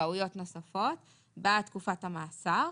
זכאויות נוספות בתקופת המאסר,